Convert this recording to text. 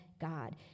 God